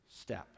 step